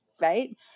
Right